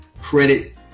credit